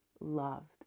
loved